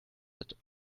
that